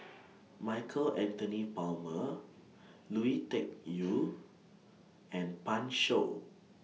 Michael Anthony Palmer Lui Tuck Yew and Pan Shou